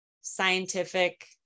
scientific